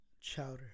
Chowder